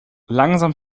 langsam